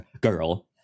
girl